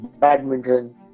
badminton